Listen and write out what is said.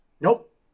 Nope